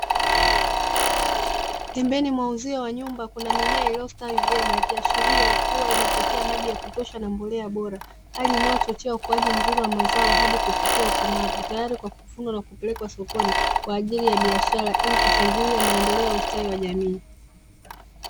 Pembeni mwa uzio wa nyumba kuna mimea iliyostawi vyema, ikiashiria kuwa inapokea maji ya kutosha na mbolea bora, hali inayochochea ukuaji mzuri wa mazao hadi kufikia ukomavu, tayari kwa kufungwa na kupelekwa sokoni kwa ajili ya biashara ili kuchangia maendeleo ya ustawi wa jamii.